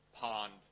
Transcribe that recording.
pond